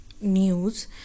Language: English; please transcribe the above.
news